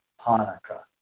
Hanukkah